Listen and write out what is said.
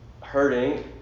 hurting